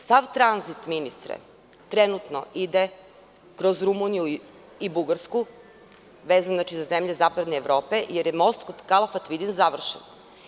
Sav tranzit, ministre, trenutno ide kroz Rumuniju i Bugarsku, vezan za zemlje zapadne Evrope, jer je most kod Kalafat – Vidin završen.